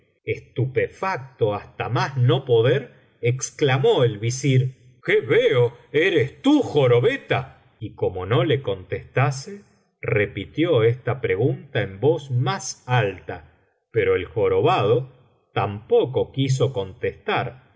estupefacto hasta más no poder exclamó el visir qué veo eres tú jorobeta y como no le contestase repitió esta pregunta en voz más alta pero el jorobado tampoco quiso contestar